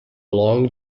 long